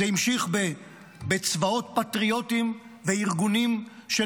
זה המשיך בצבאות פטריוטיים וארגונים של